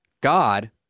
God